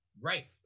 Right